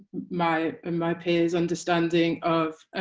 my and my peers' understanding of